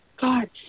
God